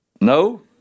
No